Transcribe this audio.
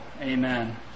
Amen